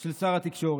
של שר התקשורת.